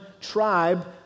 tribe